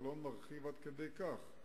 אבל לא נרחיב עד כדי כך.